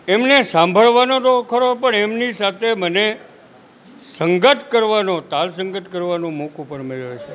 એમને સાંભળવાનો તો ખરો પણ એમની સાથે મને સંગત કરવાનો તાલ સંગત કરવાનો મોકો પણ મળ્યો છે